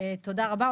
תודה רבה,